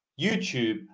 YouTube